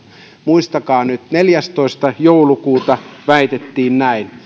muistakaa nyt neljästoista joulukuuta väitettiin näin